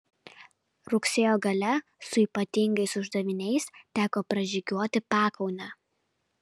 rugsėjo gale su ypatingais uždaviniais teko pražygiuoti pakaunę